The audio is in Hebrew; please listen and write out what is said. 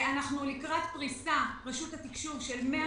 אנחנו לקראת פריסה רשות התקשוב של 102